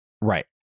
Right